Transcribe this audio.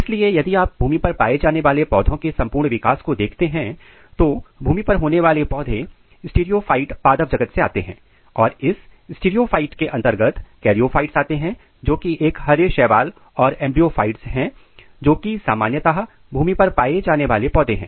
इसलिए यदि आप भूमि पर होने वाले पौधों के संपूर्ण विकास को देखते हैं तो भूमि पर होने वाले पौधे स्टीरियोफाइट पादप जगत से आते हैं और इस स्टीरियोफाइट के अंतर्गत कैरीओंफाइट्स आते हैं जो कि एक हरे शैवाल और एंब्रॉफाइट्स है जोकि सामान्यतः भूमि पर पाए जाने वाले पौधे हैं